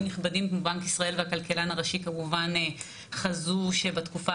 נכבדים כמו בנק ישראל והכלכלן הראשי כמובן חזו שבתקופה